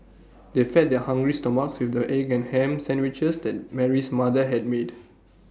they fed their hungry stomachs with the egg and Ham Sandwiches that Mary's mother had made